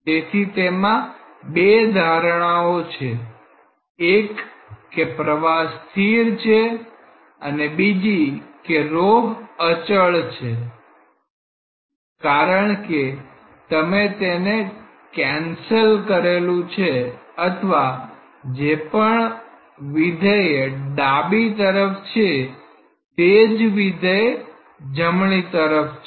તેથી તેમાં બે ધારણાઓ છે એક કે પ્રવાહ સ્થિર છે અને બીજી કે ρ અચળ છે કારણકે તમે તેને કેન્સલ કરેલું છે અથવા જે પણ વિધેય ડાબી તરફ છે તે જ વિધેય જમણી તરફ છે